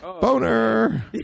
boner